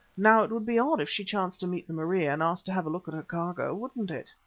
now it would be odd if she chanced to meet the maria and asked to have a look at her cargo, wouldn't it?